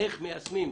איך מיישמים?